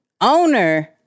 owner